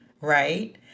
Right